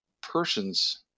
person's